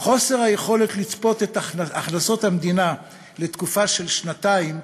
וחוסר היכולת לצפות את הכנסות המדינה לתקופה של שנתיים,